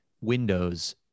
windows